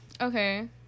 Okay